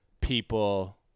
people